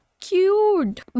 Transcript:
cute